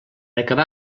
acabar